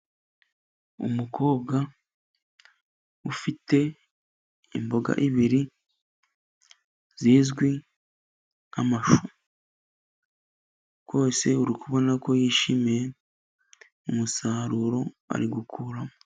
Umukobwa ufite imboga ebyiri zizwi nk'amashu, rwose uri kubona ko yishimiye umusaruro ari gukuramo.